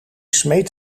smeet